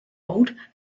old